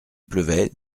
pleuvait